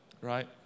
right